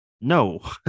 no